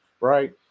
right